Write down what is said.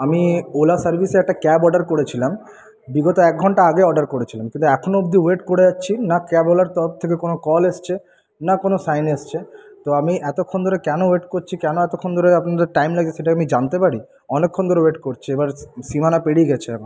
আমি ওলা সার্ভিসে একটা ক্যাব অর্ডার করেছিলাম বিগত এক ঘন্টা আগে অর্ডার করেছিলাম তো এখনও অবধি ওয়েট করে যাচ্ছি না ক্যাবওয়ালার তরফ থেকে কোনো কল এসছে না কোনো সাইন এসছে তো আমি এতক্ষণ ধরে কেন ওয়েট করছি কেন এতক্ষণ ধরে আপনাদের টাইম লাগছে সেটা কি জানতে পারি অনেকক্ষণ ধরে ওয়েট করছি এবার সীমানা পেরিয়ে গেছে অনেক